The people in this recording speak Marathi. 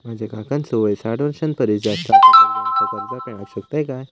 माझ्या काकांचो वय साठ वर्षां परिस जास्त आसा तर त्यांका कर्जा मेळाक शकतय काय?